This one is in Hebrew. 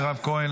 מירב כהן,